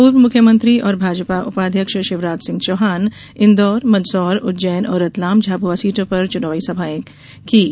पूर्व मुख्यमंत्री और भाजपा उपाध्यक्ष शिवराज सिंह चौहान इन्दौर मंदसौर उज्जैन और रतलाम झाबुआ सीटों पर चुनावी सभाएं कीं